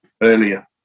earlier